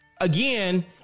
Again